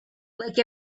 like